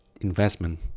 investment